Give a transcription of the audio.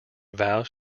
vows